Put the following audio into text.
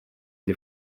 the